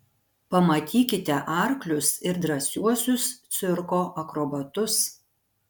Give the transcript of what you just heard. pamatykite arklius ir drąsiuosius cirko akrobatus